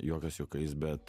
juokas juokais bet